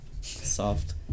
soft